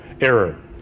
error